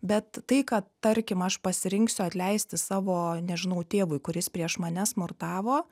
bet tai kad tarkim aš pasirinksiu atleisti savo nežinau tėvui kuris prieš mane smurtavo